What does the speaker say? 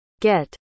Get